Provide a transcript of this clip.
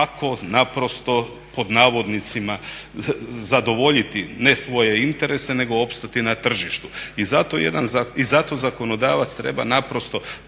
kako naprosto "zadovoljiti" ne svoje interese nego opstati na tržištu. I zato zakonodavac treba naprosto